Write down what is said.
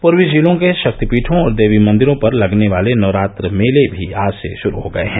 पूर्वी जिलों के षक्तिपीठों और देवी मंदिरों पर लगने वाले नवरात्र मेले भी आज से षुरू हो गये हैं